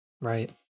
Right